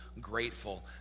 grateful